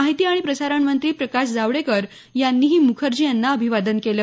माहिती आणि प्रसारणमंत्री प्रकाश जावडेकर यांनीही मुखर्जी यांना अभिवादन केलं